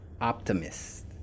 optimist